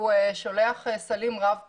הוא שולח סלים רב פעמיים.